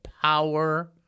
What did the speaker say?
power